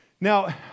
Now